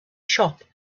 shop